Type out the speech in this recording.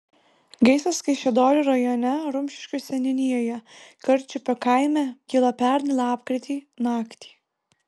gaisras kaišiadorių rajone rumšiškių seniūnijoje karčiupio kaime kilo pernai lapkritį naktį